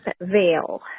Veil